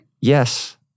Yes